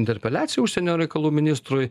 interpeliaciją užsienio reikalų ministrui